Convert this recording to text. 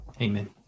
Amen